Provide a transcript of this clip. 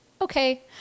Okay